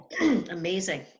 Amazing